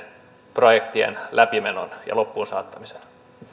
projektien läpimeno ja loppuunsaattaminen